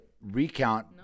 recount